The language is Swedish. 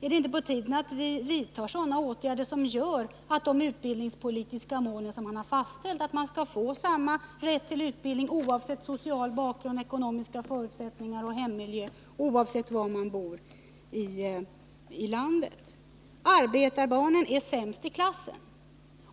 Är det inte på tiden att vi vidtar åtgärder som gör att de fastställda utbildningspolitiska målen — samma rätt till utbildning oavsett social bakgrund, ekonomiska förutsättningar, hemmiljö och bostadsort — uppnås? Arbetarbarnen är sämst i klassen,